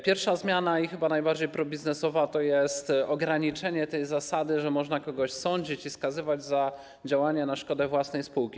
Pierwsza zmiana, chyba najbardziej probiznesowa, to ograniczenie tej zasady, że można kogoś sądzić i skazywać za działanie na szkodę własnej spółki.